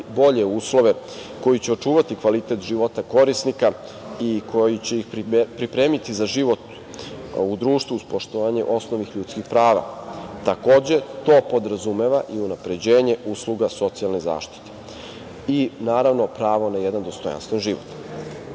bolje uslove, koji će očuvati kvalitet života korisnika i koji će ih pripremiti za život u društvu, uz poštovanje osnovnih ljudskih prava. Takođe, to podrazumeva i unapređenje usluga socijalne zaštite i, naravno, pravo na jedan dostojanstven